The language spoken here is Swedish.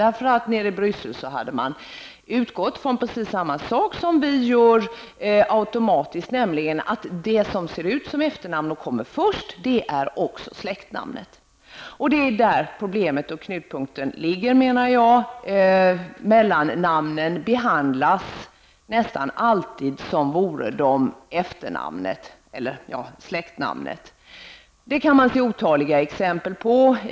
Man hade nämligen nere i Bryssel, precis som man gör här, automatiskt utgått från att det som ser ut som efternamnet och kommer först också är släktnamnet. Jag menar att det är där problemet och knutpunkten ligger. Mellannamnen behandlas nästan alltid som vore de efternamn eller släktnamn. Det kan man se otaliga exempel på.